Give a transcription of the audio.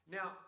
Now